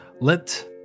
let